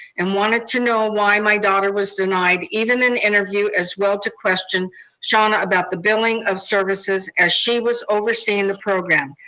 and wanted to know why my daughter was denied even an interview, as well to question shauna about the billing of services, as she was overseeing the program.